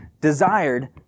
desired